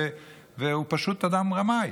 והוא פשוט אדם רמאי?